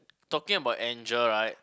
talking about angel right